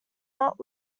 not